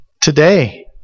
today